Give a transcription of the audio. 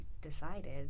decided